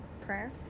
prayer